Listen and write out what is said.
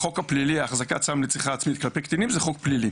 החוק הפלילי החזקת סם לצריכה עצמית כלפי קטינים הוא חוק פלילי.